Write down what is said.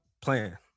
Plan